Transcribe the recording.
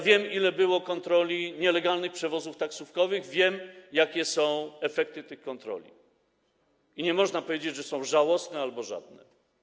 Wiem, ile było kontroli nielegalnych przewozów taksówkowych, wiem, jakie są efekty tych kontroli, i nie można powiedzieć, że są żałosne albo żadne.